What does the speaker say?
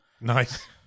Nice